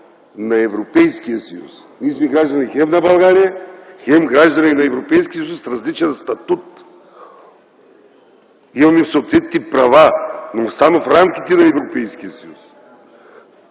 на Европейския съюз. Ние сме граждани хем на България, хем граждани на Европейския съюз с различен статут. Имаме съответни права, но само в рамките на Европейския съюз.